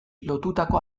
lotutako